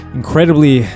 incredibly